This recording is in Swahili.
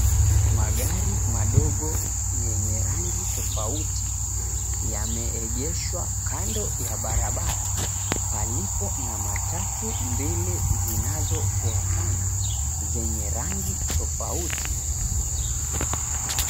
Magari madogo yenye rangi tofauti yameegeshwa kando ya barabara palipo na matatu mbili zinazofuatana zenye rangi tofauti.